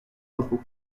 repos